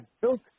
built